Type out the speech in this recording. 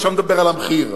עכשיו נדבר על המחיר".